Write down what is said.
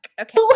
Okay